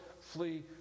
flee